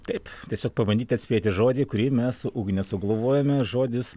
taip tiesiog pabandyti atspėti žodį kurį mes su ugne sugalvojome žodis